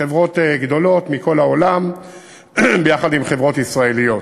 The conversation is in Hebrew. חברות גדולות מכל העולם ביחד עם חברות ישראליות.